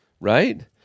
right